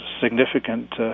significant